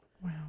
Wow